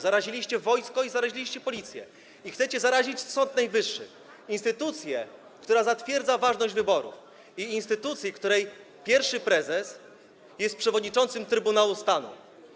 Zaraziliście wojsko i zaraziliście Policję, i chcecie zarazić Sąd Najwyższy, instytucję, która zatwierdza ważność wyborów, i instytucję, której pierwsza prezes jest przewodniczącym Trybunału Stanu.